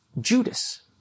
Judas